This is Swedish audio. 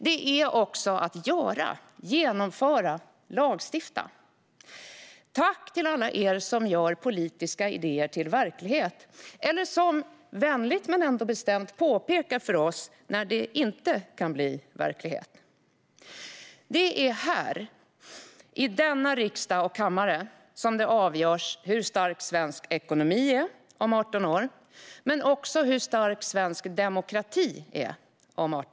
Det är också att göra, genomföra och lagstifta. Tack till alla er som gör politiska idéer till verklighet, eller som, vänligt men ändå bestämt, påpekar för oss när de inte kan bli verklighet! Det är här, i denna riksdag och kammare, som det avgörs hur stark svensk ekonomi är om 18 år, men också hur stark svensk demokrati är då.